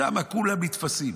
ששם כולם נתפסים.